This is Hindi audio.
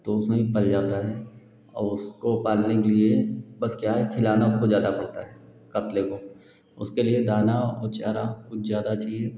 तो उसमें भी पल जाता है और उसको पालने के लिए बस क्या है खिलाना उसको ज़्यादा पड़ता है कतले को उसके लिए दाना और चारा कुछ ज़्यादा चहिए